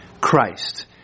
Christ